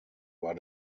war